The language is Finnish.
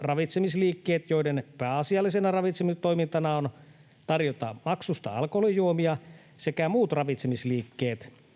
(ravitsemisliikkeet, joiden pääasiallisena ravitsemistoimintana on tarjota maksusta alkoholijuomia, sekä muut ravitsemisliikkeet)